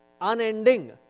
unending